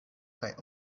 kaj